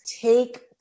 Take